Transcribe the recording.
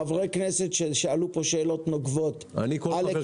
חברי כנסת ששאלו פה שאלות נוקבות על היקף